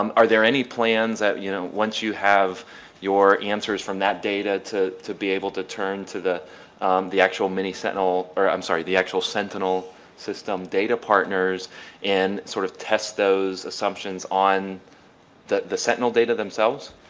um are there any plans, you you know once you have your answers from that data, to to be able to turn to the the actual mini-sentinel, or i'm sorry, the actual sentinel system data partners and sort of test those assumptions on the the sentinel data themselves?